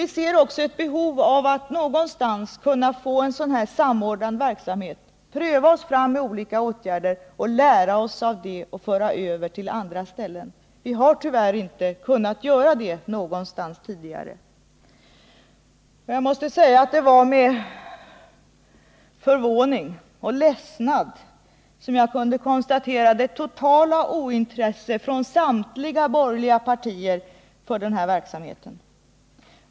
Vi ser också ett behov av att någonstans få en sådan här samordnad verksamhet, pröva oss fram med olika åtgärder, lära oss av det och föra över det till andra ställen. Vi har tyvärr inte kunnat göra det någonstans tidigare. Jag måste säga att det var med förvåning och ledsnad jag kunde konstatera det totala ointresset från samtliga borgerliga partier för denna verksamhet.